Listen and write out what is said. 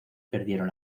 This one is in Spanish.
perdieron